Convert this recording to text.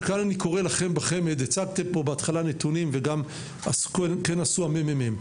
וכאן אני קורא לכם בחמ"ד הצגתם פה נתונים בהתחלה וכך גם עשו המ.מ.מ.